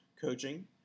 coaching